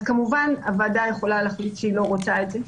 אז כמובן הוועדה יכולה להחליט שהיא לא רוצה את זה,